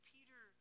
Peter